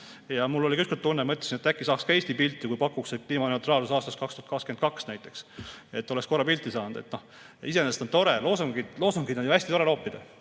Ja mul oli tunne, mõtlesin, et äkki saaks ka Eesti pilti, kui pakuksin, et kliimaneutraalsus aastaks 2022 näiteks. Oleks korra pilti saanud. Iseenesest on tore, loosungeid on hästi tore loopida,